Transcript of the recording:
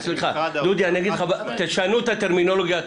תשנו את הטרמינולוגיה.